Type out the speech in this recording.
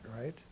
right